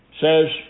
says